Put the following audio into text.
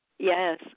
Yes